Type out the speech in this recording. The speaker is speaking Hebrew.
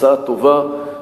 הצעה טובה,